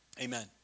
amen